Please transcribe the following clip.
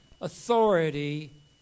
authority